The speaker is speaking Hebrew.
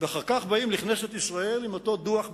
ואחר כך באים לכנסת ישראל עם אותו דוח "בצלם"